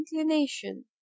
inclination